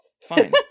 Fine